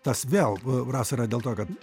tas vėl rasa yra dėl to kad